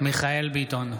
מיכאל מרדכי ביטון,